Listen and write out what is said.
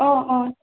অঁ অঁ